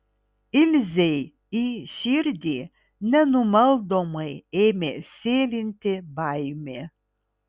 ilzei į širdį nenumaldomai ėmė sėlinti baimė